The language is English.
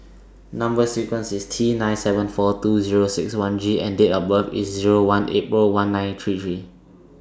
Number sequence IS T nine seven four two Zero six one G and Date of birth IS Zero one April one nine three three